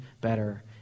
better